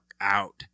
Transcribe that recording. out